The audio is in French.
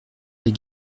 les